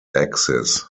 axis